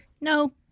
No